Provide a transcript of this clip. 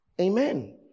Amen